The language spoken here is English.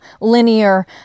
linear